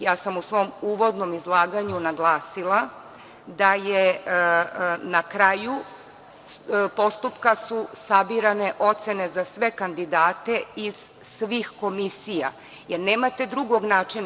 Ja sam u svom uvodnom izlaganju naglasila da su na kraju postupka sabirane ocene za sve kandidate iz svih komisija, jer nemate drugog načina.